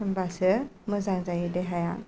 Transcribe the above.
होनबासो मोजां जायो देहाया